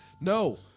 No